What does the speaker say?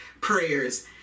prayers